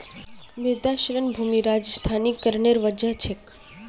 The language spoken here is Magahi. मृदा क्षरण भूमि रेगिस्तानीकरनेर वजह छेक